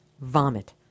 vomit